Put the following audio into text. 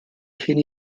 cyn